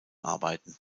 arbeiten